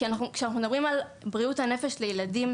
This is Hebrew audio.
כשאנחנו מדברים על בריאות הנפש לילדים,